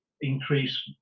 increase